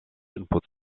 input